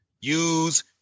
use